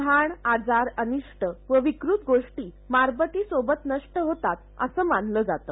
घाण आजार अनिष्ट व विकृत गोष्टी मारबतीसोबत नष्ट होतात असं मानलं जातं